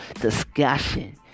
discussion